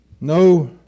No